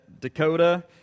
Dakota